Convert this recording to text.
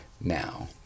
now